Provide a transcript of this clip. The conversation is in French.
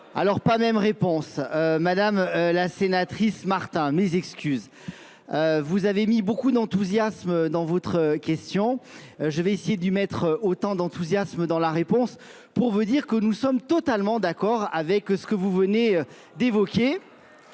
alors pas même réponse. Madame la sénatrice Martin, mes excuses. Vous avez mis beaucoup d'enthousiasme dans votre question. Je vais essayer d'y mettre autant d'enthousiasme dans la réponse pour vous dire que nous sommes totalement d'accord avec ce que vous venez d'évoquer.